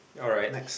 alright